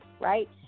right